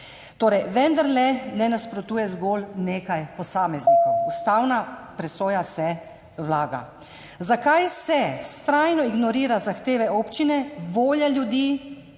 Torej vendarle ne nasprotuje zgolj nekaj posameznikov, ustavna presoja se vlaga. Zakaj se vztrajno ignorirajo zahteve občine, volja ljudi,